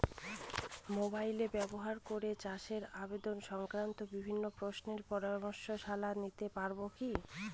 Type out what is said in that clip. Mobile ব্যাবহার করে চাষের আবাদ সংক্রান্ত বিভিন্ন প্রশ্নের শলা পরামর্শ নিতে পারবো কিভাবে?